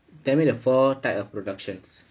tell me the four type of productions